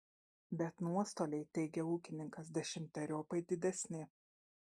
bet nuostoliai teigia ūkininkas dešimteriopai didesni